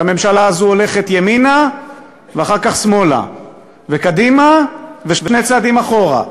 שהממשלה הזאת הולכת ימינה ואחר כך שמאלה וקדימה ושני צעדים אחורה,